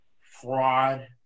fraud